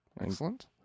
excellent